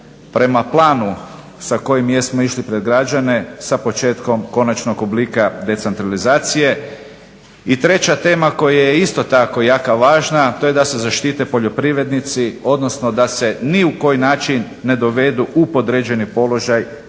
prema planu sa kojim jesmo išli pred građane sa početkom konačnog oblika decentralizacije. I treća tema koja je isto tako jako važno, a to je da se zaštite poljoprivrednici, odnosno da se ni na koji način ne dovedu u podređeni položaj